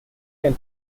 can